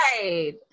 Right